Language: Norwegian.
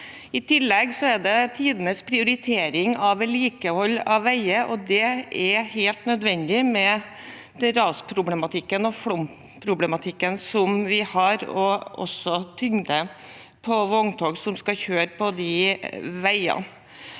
I tillegg er det tidenes prioritering av vedlikehold av veier. Det er helt nødvendig med den ras- og flomproblematikken vi har, og med tyngden på vogntog som skal kjøre på de veiene.